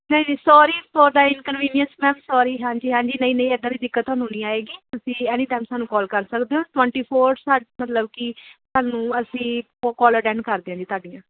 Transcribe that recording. ਨਹੀਂ ਨਹੀਂ sorry for the inconvenience ma'am sorry ਹਾਂਜੀ ਹਾਂਜੀ ਨਹੀਂ ਨਹੀਂ ਇੱਦਾਂ ਦੀ ਦਿੱਕਤ ਤੁਹਾਨੂੰ ਨਹੀਂ ਆਏਗੀ ਤੁਸੀਂ ਐਨੀ ਟਾਈਮ ਸਾਨੂੰ ਕਾਲ ਕਰ ਸਕਦੇ ਹੋ ਟਵੰਟੀ ਫੋਰ ਸਾਡੀ ਮਤਲਬ ਕਿ ਸਾਨੂੰ ਅਸੀਂ ਕੋਲ ਅਟੈਂਡ ਕਰਦੇ ਹਾਂ ਜੀ ਤੁਹਾਡੀਆਂ